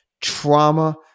trauma